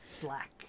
black